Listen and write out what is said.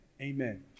Amen